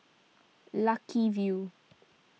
Lucky View